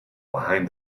behind